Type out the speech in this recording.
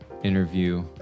Interview